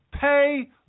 pay